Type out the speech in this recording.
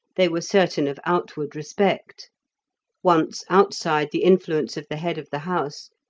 they were certain of outward respect once outside the influence of the head of the house,